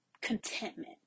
contentment